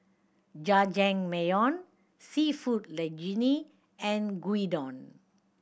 Jajangmyeon Seafood Linguine and Gyudon